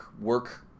work